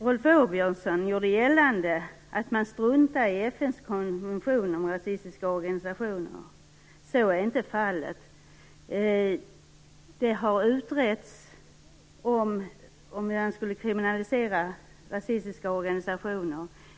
Rolf Åbjörnsson gjorde gällande att man struntar i FN:s konvention om rasistiska organisationer. Så är inte fallet. Det har utretts huruvida man skall kriminalisera rasistiska organisationer.